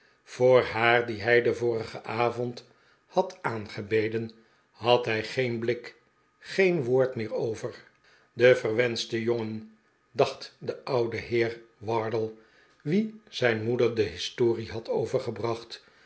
voor haar die hij den vorigen avond had aangebeden had hij geen blik geen woord meer over die verwenschte jongen dacht de oude heer wardle wien zijn m'oeder de historie had overgebracht